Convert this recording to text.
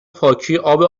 پاکی، اب